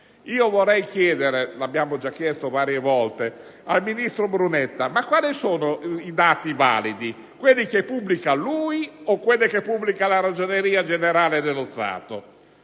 Vorrei chiedere per l'ennesima volta al ministro Brunetta: quali sono i dati validi? Quelli che pubblica lui o quelli che pubblica la Ragioneria generale dello Stato?